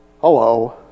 hello